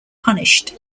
punished